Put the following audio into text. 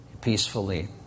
peacefully